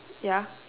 ya